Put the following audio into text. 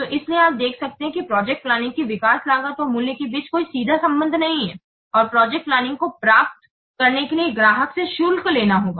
तो इसीलिए आप देख सकते हैं कि प्रोजेक्ट प्लानिंग की विकास लागत और मूल्य के बीच कोई सीधा संबंध नहीं है और प्रोजेक्ट प्लानिंग को प्राप्त करने के लिए ग्राहक से शुल्क लेना होगा